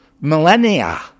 millennia